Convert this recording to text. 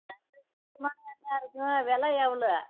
நல்ல சுத்தமான எண்ணெயாக இருக்கணும் விலை எவ்வளோ